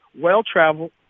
well-traveled